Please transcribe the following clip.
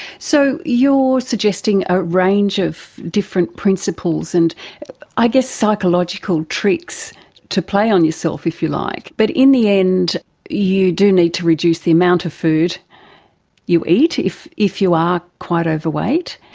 so you're suggesting a range of different principles and i guess psychological tricks to play on yourself, if you like. but in the end you do need to reduce the amount of food you eat if if you are quite overweight,